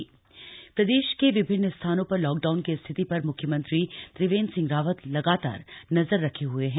CM lockdown प्रदेश के विभिन्न स्थानों पर लॉकडाऊन की स्थिति पर म्ख्यमंत्री त्रिवेन्द्र सिंह रावत लगातार नजर रखे हए हैं